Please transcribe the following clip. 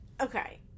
Okay